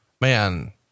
man